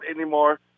anymore